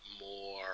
more